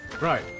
Right